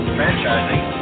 franchising